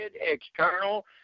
external